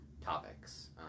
topics